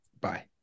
Bye